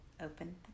open